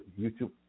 YouTube